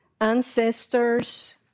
ancestors